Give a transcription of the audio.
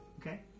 Okay